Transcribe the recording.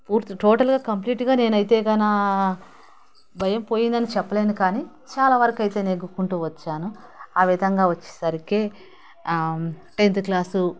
పూర్తి టోటల్గా కంప్లీట్గా నేనయితే గాన భయం పోయిందని చెప్పలేను కాని చాలా వరకు అయితే నెగ్గుకుంటూ వచ్చాను ఆ విధంగా వచ్చేసరికే టెన్త్ క్లాసు